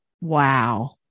wow